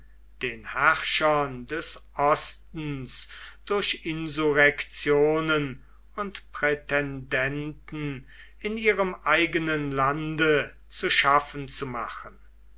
den herrschern des ostens durch insurrektionen und prätendenten in ihrem eigenen lande zu schaffen zu machen